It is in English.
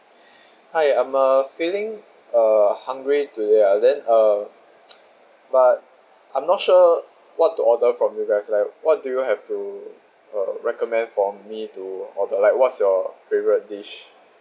hi I'm uh feeling uh hungry to ah then uh but I'm not sure what to order from you guys like what do you have to uh recommend for me to order like what's your favourite dish